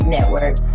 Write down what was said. Network